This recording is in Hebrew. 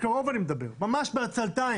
מקרוב אני מדבר ממש בעצלתיים,